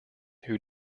who